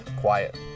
quiet